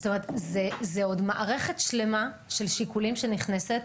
זאת אומרת, זו עוד מערכת שלמה של שיקולים שנכנסת,